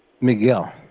Miguel